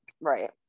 right